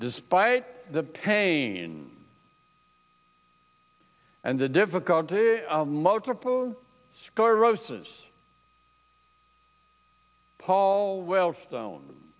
despite the pain and the difficulty multiple sclerosis paul wellstone